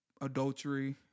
adultery